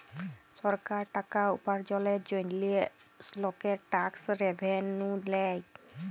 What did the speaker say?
সরকার টাকা উপার্জলের জন্হে লকের ট্যাক্স রেভেন্যু লেয়